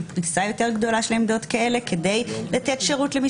פריסה יותר גדולה של עמדות כאלה כדי לתת שירות למי